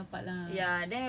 mmhmm mm